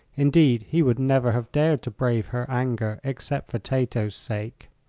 indeed, he would never have dared to brave her anger except for tato's sake.